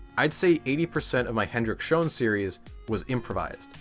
i'd say eighty percent of my hendrik schon series was improvised,